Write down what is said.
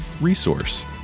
resource